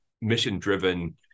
mission-driven